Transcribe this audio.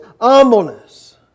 humbleness